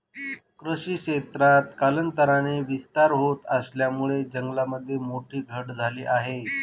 कृषी क्षेत्रात कालांतराने विस्तार होत असल्यामुळे जंगलामध्ये मोठी घट झाली आहे